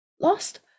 lost